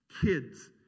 Kids